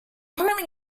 partly